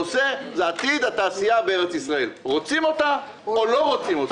הנושא הוא עתיד התעשייה בארץ ישראל רוצים אותה או לא רוצים אותה.